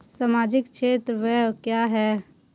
सामाजिक क्षेत्र व्यय क्या है?